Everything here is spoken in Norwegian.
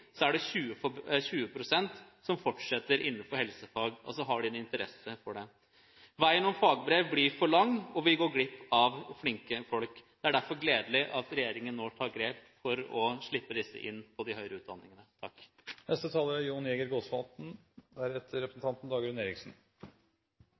fortsetter innenfor helsefag, altså som har en interesse for det. Veien om fagbrev blir for lang, og vi går glipp av flinke folk. Det er derfor gledelig at regjeringen nå tar grep for å slippe disse inn på de høyere utdanningene. Det er